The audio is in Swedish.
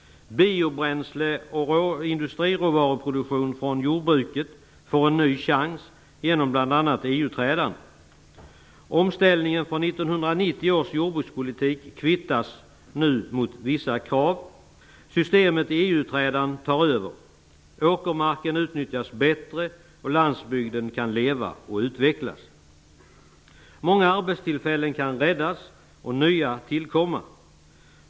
Biobränsle och industriråvaruproduktion från jordbruket får en ny chans genom bl.a. EU-trädan. Omställningen från 1990 års jordbrukspolitik kvittas nu mot vissa krav. Systemet i EU-trädan tar över. Åkermarken utnyttjas bättre och landsbygden kan leva och utvecklas. Många arbetstillfällen kan räddas och nya tillkomma.